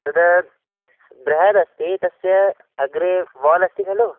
तद् बृहदस्ति तस्य अग्रे वाल् अस्ति खलु